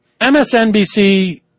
MSNBC